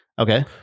okay